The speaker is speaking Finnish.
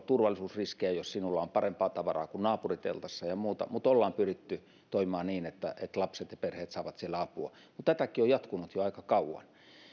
turvallisuusriskejä jos sinulla on parempaa tavaraa kuin naapuriteltassa ja muuta mutta olemme pyrkineet toimimaan niin että että lapset ja perheet saavat siellä apua mutta tätäkin on jatkunut jo aika kauan